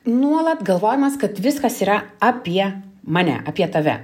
nuolat galvojimas kad viskas yra apie mane apie tave